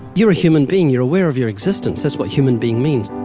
you're a human being. you're aware of your existence. that's what human being means.